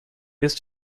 ist